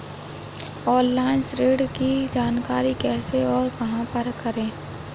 Online ऋण की जानकारी कैसे और कहां पर करें?